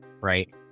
right